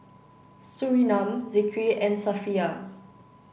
Surinam Zikri and Safiya